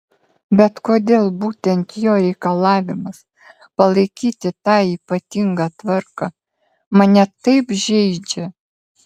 bet kodėl būtent jo reikalavimas palaikyti tą ypatingą tvarką mane taip žeidžia